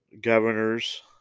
governors